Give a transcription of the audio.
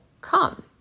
come